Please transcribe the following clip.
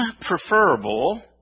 preferable